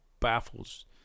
baffles